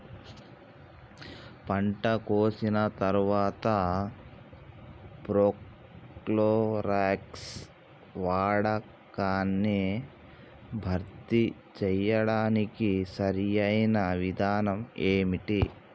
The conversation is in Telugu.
పంట కోసిన తర్వాత ప్రోక్లోరాక్స్ వాడకాన్ని భర్తీ చేయడానికి సరియైన విధానం ఏమిటి?